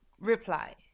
reply